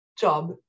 job